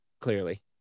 clearly